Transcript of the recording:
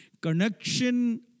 connection